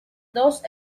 dos